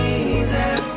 easy